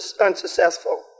unsuccessful